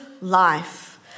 life